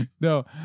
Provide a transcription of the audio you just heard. no